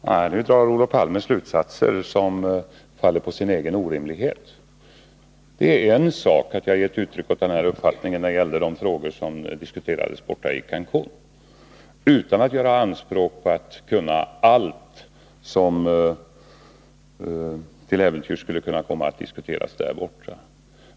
Herr talman! Nu drar Olof Palme slutsatser som faller på sin egen orimlighet. Det är en sak att jag gav uttryck åt den här uppfattningen när det gällde de frågor som diskuterades i Cancun, utan att göra anspråk på att kunna allt som till äventyrs skulle kunna komma att diskuteras där borta.